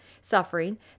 suffering